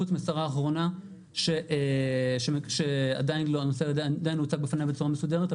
חוץ מהשרה האחרונה שהנושא עדיין לא הוצג בפנייה בצורה מסודרת,